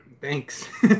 Thanks